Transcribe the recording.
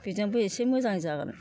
बेजोंबो एसे मोजां जागोन